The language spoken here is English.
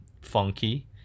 funky